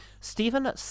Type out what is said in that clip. Stephen